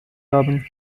haben